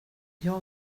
jag